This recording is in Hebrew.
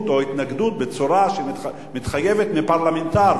או התנגדות בצורה שמתחייבת מפרלמנטר,